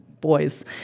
boys